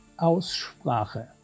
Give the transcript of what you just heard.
Aussprache